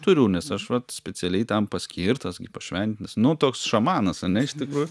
turiu nes aš vat specialiai tam paskirtas gi pašventintas nu toks šamanas ane iš tikrųjų